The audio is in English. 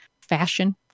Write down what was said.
fashion